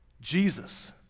Jesus